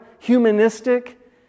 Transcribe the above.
Humanistic